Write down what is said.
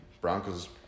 Broncos